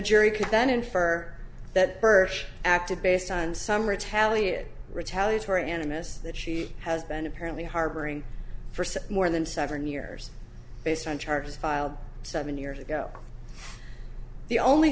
jury could then infer that birch acted based on some retaliated retaliatory animists that she has been apparently harboring for more than seven years based on charges filed seven years ago the only